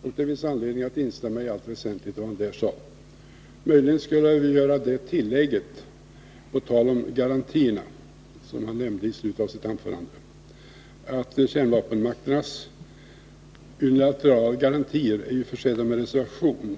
Herr talman! Det var en uttömmande och klargörande redogörelse som utrikesministern lämnade. Det finns anledning att i allt väsentligt instämma i vad han där sade. Möjligen skulle jag vilja göra det tillägget, på tal om garantierna, att kärnvapenmakternas unilaterala garantier är försedda med reservationer.